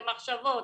למחשבות,